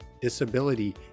disability